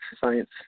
science